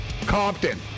Compton